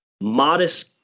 modest